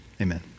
Amen